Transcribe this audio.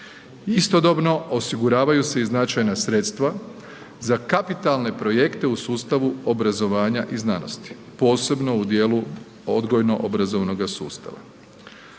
Istodobno osiguravaju se i značajna sredstva za kapitalne projekte u sustavu obrazovanja i znanosti, posebno u dijelu odgojno obrazovnoga sustava.